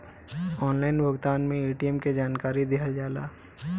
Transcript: Online भुगतान में ATM के जानकारी दिहल जाला?